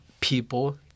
people